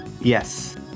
Yes